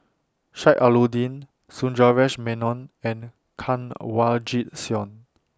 Sheik Alau'ddin Sundaresh Menon and Kanwaljit Soin